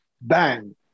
Bang